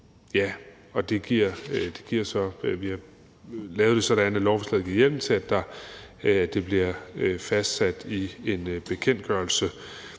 Vi har lavet det sådan, at lovforslaget giver hjemmel til, at det bliver fastsat i en bekendtgørelse.